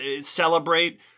celebrate